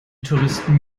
touristen